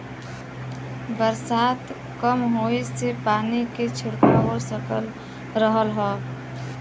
बरसात कम होए से पानी के दिक्कत हो रहल हौ